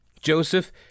Joseph